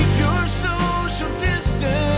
your social distance